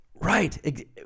Right